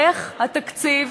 איך התקציב,